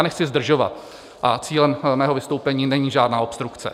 Nechci zdržovat a cílem mého vystoupení není žádná obstrukce.